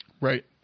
Right